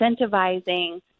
incentivizing